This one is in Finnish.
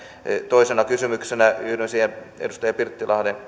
toisena kysymyksenä yhdyn edustaja pirttilahden